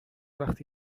وقتی